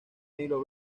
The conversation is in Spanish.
nilo